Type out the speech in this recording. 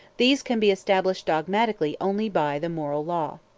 these can be established dogmatically only by the moral law.